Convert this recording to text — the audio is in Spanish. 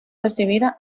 recibida